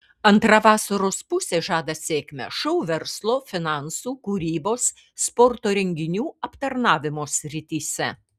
antra vasaros pusė žada sėkmę šou verslo finansų kūrybos sporto renginių aptarnavimo srityse